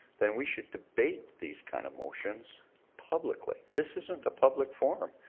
then we should debate these kind of motions publicly. this isn't a public forum.